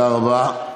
תודה רבה.